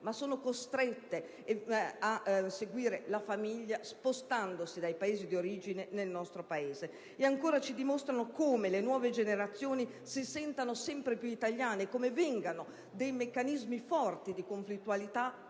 ma sono costrette a seguire la famiglia spostandosi dai Paesi di origine nel nostro Paese. Ci dimostrano, inoltre, come le nuove generazioni si sentano sempre più italiane e come questo determini delle forti conflittualità